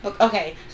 Okay